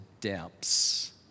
depths